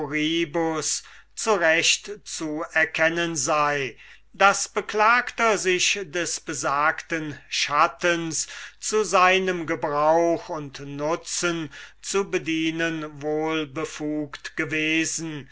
zu erkennen sei daß beklagter sich des besagten schattens zu seinem gebrauch und nutzen zu bedienen wohl befugt gewesen